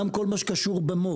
גם כל מה שקשור במו"פ,